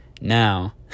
now